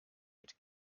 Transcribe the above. mit